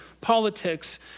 politics